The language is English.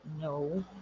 No